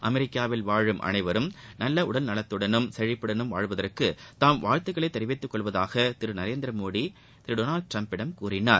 அமெிக்காவில் வாழும் அனைவரும் நல்ல உடல் நலத்துடனும் செழிப்புடனும் வாழ்வதற்கு தமது வாழ்த்துக்களை தெரிவித்துக் கொள்வதாக திரு நரேந்திரமோடி திரு டொனால்டு டிரம்பிடம் கூறினார்